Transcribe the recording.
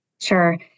Sure